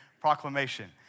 Proclamation